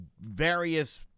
various